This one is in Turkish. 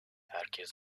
herkes